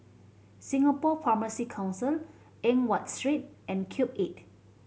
Singapore Pharmacy Council Eng Watt Street and Cube Eight